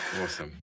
awesome